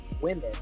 women